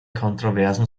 kontroversen